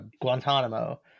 Guantanamo